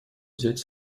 взять